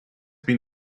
been